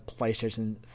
PlayStation